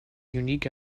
unique